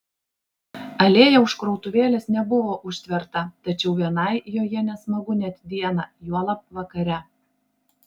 alėja už krautuvėlės nebuvo užtverta tačiau vienai joje nesmagu net dieną juolab vakare